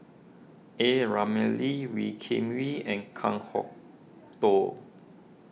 A Ramli Wee Kim Wee and Kan Kwok Toh